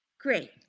Great